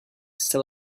still